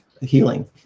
healing